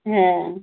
হ্যাঁ